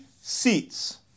seats